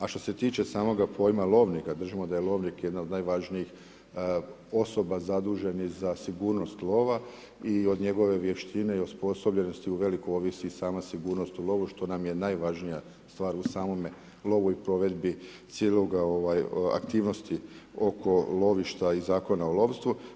A što se tiče samoga pojma lovnika, držimo da je lovnik jedna od najvažnijih osoba zaduženih za sigurnost lova i od njegove vještine i osposobljenosti uvelike ovisi sama sigurnost u lovu što nam je najvažnija stvar u samome lovu i provedbi cijele aktivnosti oko lovišta i Zakona o lovstvu.